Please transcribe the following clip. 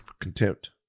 contempt